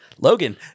Logan